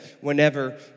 whenever